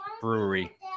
brewery